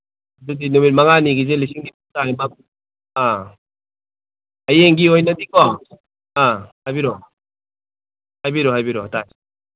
ꯑꯗꯨꯗꯤ ꯅꯨꯃꯤꯠ ꯃꯉꯥꯅꯤꯒꯤꯁꯦ ꯂꯤꯁꯤꯡ ꯅꯤꯄꯥꯟ ꯅꯤꯄꯥꯟ ꯑꯥ ꯍꯌꯦꯡꯒꯤ ꯑꯣꯏꯅꯗꯤꯀꯣ ꯑꯥ ꯍꯥꯏꯕꯤꯔꯛꯑꯣ ꯍꯥꯏꯕꯤꯔꯛꯑꯣ ꯍꯥꯏꯕꯤꯔꯛꯑꯣ ꯇꯥꯏ